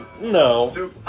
No